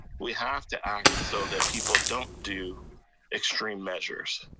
we have to act so that people don't do extreme measures.